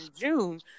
June